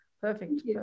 Perfect